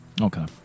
Okay